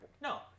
no